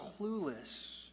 clueless